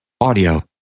Audio